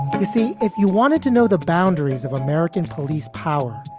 but you see, if you wanted to know the boundaries of american police power,